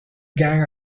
gang